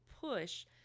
push